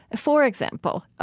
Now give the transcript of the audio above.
for example,